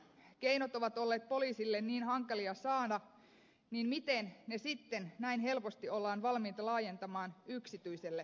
kun keinot ovat olleet poliisille niin hankalia saada niin miten ne sitten näin helposti ollaan valmiita laajentamaan yksityiselle taholle